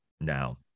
now